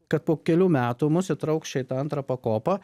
kad po kelių metų mus įtrauks čia į tą antrą pakopą